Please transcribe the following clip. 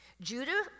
Judah